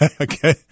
Okay